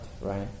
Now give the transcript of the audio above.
right